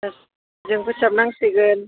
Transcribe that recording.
जों फोसाबनांसिगोन